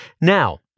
now